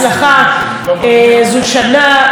זו שנה משמעותית.